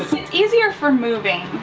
it's easier for moving,